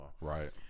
Right